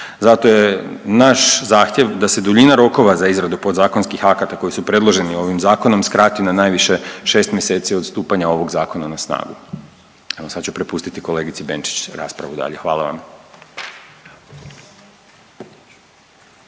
Zato je naš zahtjev da se duljina rokova za izradu podzakonskih akata koji su predloženi ovim zakonom skrati na najviše 6 mjeseci od stupanja ovog zakona na snagu. Evo sad ću prepustiti kolegici Benčić raspravu dalje. Hvala vam.